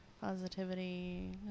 Positivity